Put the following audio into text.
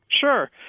Sure